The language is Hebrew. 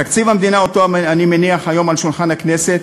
תקציב המדינה שאני מניח היום על שולחן הכנסת,